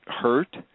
hurt